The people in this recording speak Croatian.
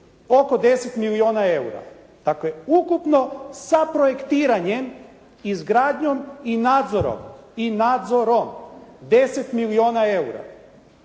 oko 10 milijuna EUR-a. Dakle ukupno sa projektiranjem, izgradnjom i nadzorom, i nadzorom